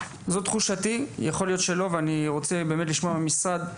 זו תחושתי יכול להיות שלא ואני רוצה באמת לשמוע מהמשרד.